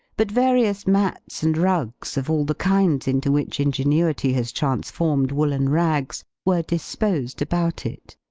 but various mats and rugs, of all the kinds into which ingenuity has transformed woollen rags, were disposed about it.